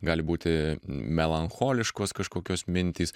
gali būti melancholiškos kažkokios mintys